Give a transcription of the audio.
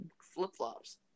flip-flops